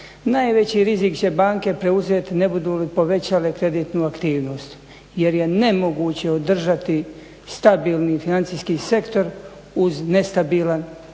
Najveći rizik će banke preuzet ne budu li povećale kreditnu aktivnost jer je nemoguće održati stabilni financijski sektor uz nestabilan realni